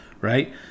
right